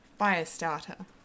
firestarter